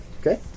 Okay